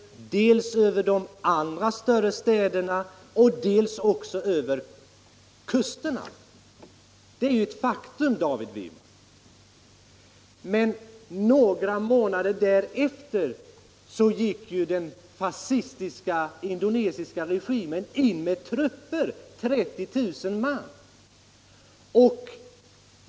dels de andra större stiderna, dels också kusterna. Det är ju ett faktum, David Wirmark! Men några månader därefter gick den fascistiska indonesiska regimen in med trupper. 30 000 man.